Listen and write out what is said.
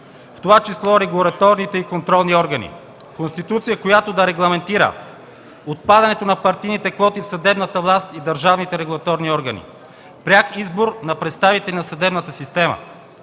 в това число регулаторните и контролни органи! Конституция, която да регламентира отпадането на партийните квоти в съдебната власт и държавните регулаторни органи, пряк избор на представителите на съдебната система,